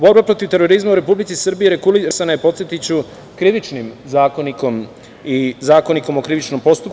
Borba protiv terorizma u Republici Srbiji regulisana je podsetiću Krivičnim zakonikom i Zakonikom o krivičnom postupku.